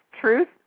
truth